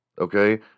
Okay